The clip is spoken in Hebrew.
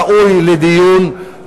ראוי לדיון,